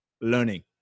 learning